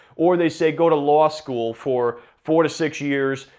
or they say go to law school for four to six years,